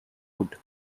wood